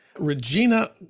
Regina